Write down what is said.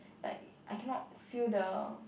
like I cannot feel the